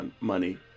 money